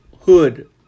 hood